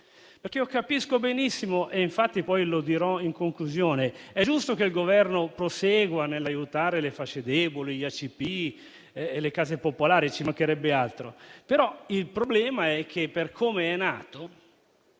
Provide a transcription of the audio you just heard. per cento. Capisco benissimo, infatti, e poi lo dirò in conclusione, che è giusto che il Governo prosegua nell'aiutare le fasce deboli, gli IACP e le case popolari, ci mancherebbe altro, però il problema è che, per come è nato,